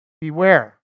Beware